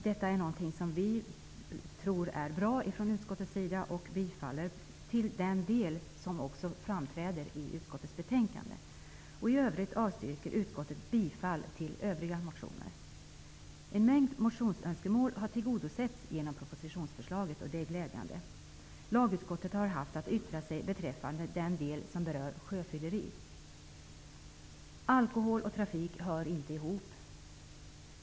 Detta är något som vi i utskottet tror är bra och bifaller förslaget i den del, vilket också framträder i utskottets betänkande. I övrigt avstyrker utskottet övriga motioner. En mängd motionsönskemål har tillgodosetts genom propositionsförslaget. Det är glädjande. Lagutskottet har haft att yttra sig beträffande den del som berör sjöfylleri. Alkohol och trafik hör inte ihop.